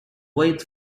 wait